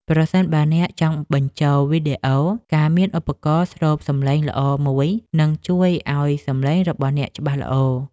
ប្រសិនបើអ្នកចង់បញ្ចូលវីដេអូ ការមានឧបករណ៍ស្រូបសម្លេងល្អមួយ នឹងជួយឱ្យសម្លេងរបស់អ្នកច្បាស់ល្អ។